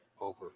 over